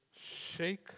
shake